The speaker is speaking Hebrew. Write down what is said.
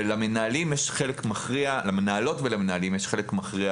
ולמנהלים ולמנהלות יש חלק מכריע